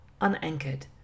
unanchored